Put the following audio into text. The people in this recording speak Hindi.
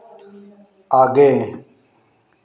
आगे